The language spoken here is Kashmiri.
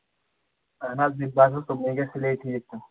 اَہن حظ مےٚ باسان صبحنٕے گژھِ سُلے ٹھیٖک سُہ